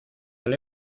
del